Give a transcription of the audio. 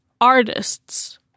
artists